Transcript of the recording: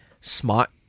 smart